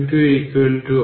সুতরাং এটি 50 ভোল্ট হবে